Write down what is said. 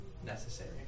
necessary